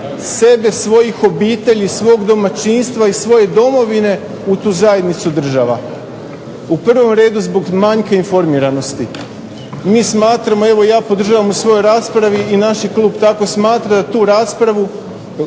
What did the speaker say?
sebe, svojih obitelji i svog domaćinstva i svoje domovine u tu zajednicu država, u prvom redu zbog manjka informiranosti. Mi smatramo, ja podržavam u svojoj raspravi i naš Klub tako smatra da tu raspravu,